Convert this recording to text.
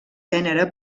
gènere